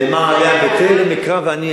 נאמר: בטרם אקרא ואני אענה.